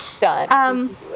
Done